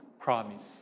promise